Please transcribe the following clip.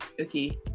okay